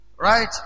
Right